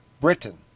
Britain